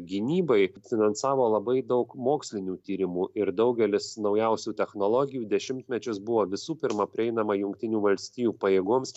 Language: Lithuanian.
gynybai finansavo labai daug mokslinių tyrimų ir daugelis naujausių technologijų dešimtmečius buvo visų pirma prieinama jungtinių valstijų pajėgoms